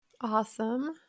Awesome